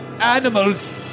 animals